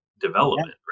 development